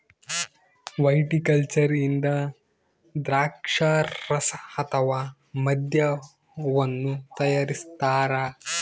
viticulture ಇಂದ ದ್ರಾಕ್ಷಾರಸ ಅಥವಾ ಮದ್ಯವನ್ನು ತಯಾರಿಸ್ತಾರ